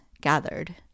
gathered